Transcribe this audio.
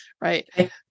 right